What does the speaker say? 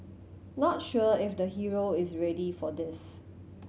not sure if the hero is ready for this